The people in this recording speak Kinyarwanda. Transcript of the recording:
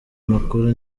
makuru